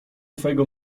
twojego